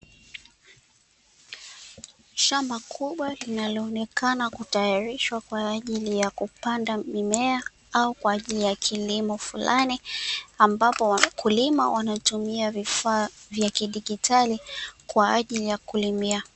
Shamba kubwa linaloonekana kutayarishwa kwa ajili ya kupanda mimea, au kwa ajili ya kilimo fulani, ambapo wakulima wanatumia vifaa vya kidigitali kwa ajili ya kulimia.